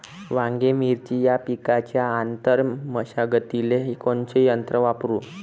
वांगे, मिरची या पिकाच्या आंतर मशागतीले कोनचे यंत्र वापरू?